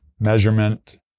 measurement